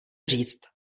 říct